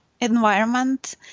environment